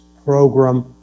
program